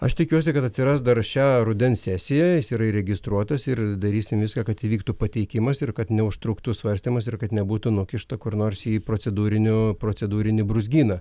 aš tikiuosi kad atsiras dar šią rudens sesijoje jisai yra įregistruotas ir darysime viską kad įvyktų pateikimas ir kad neužtruktų svarstymas ir kad nebūtų nukišta kur nors į procedūrinio procedūrinį brūzgyną